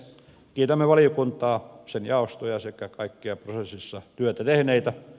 kiitämme valiokuntaa sen jaostoja sekä kaikkia prosessissa työtä tehneitä